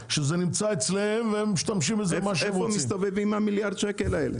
שנמצאים אצלם והם משתמשים בזה למה שהם רוצים.